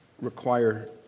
require